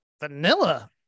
vanilla